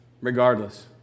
regardless